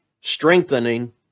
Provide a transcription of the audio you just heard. strengthening